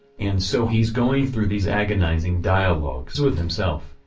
and so he's going through these agonizing dialogues with himself.